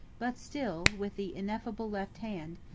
but still, with the ineffable left hand,